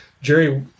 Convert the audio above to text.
Jerry